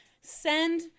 Send